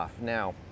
Now